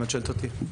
אם את שואלת אותי.